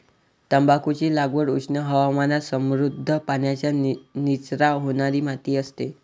तंबाखूची लागवड उष्ण हवामानात समृद्ध, पाण्याचा निचरा होणारी माती असते